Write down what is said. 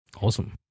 Awesome